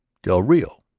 del rio?